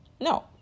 No